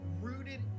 rooted